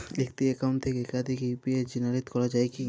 একটি অ্যাকাউন্ট থেকে একাধিক ইউ.পি.আই জেনারেট করা যায় কি?